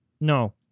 No